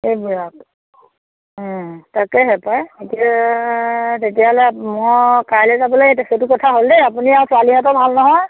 এইবিলাক তাকেহে পায় এতিয়া তেতিয়াহ'লে মই কাইলে যাবলৈ তে সেইটো কথা হ'ল দেই আপুনি আৰু ছোৱালীহঁতৰ ভাল নহয়